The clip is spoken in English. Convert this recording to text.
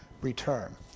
return